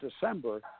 december